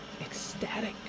ecstatic